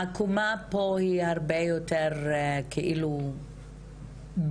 העקומה פה היא הרבה יותר כאילו בעליה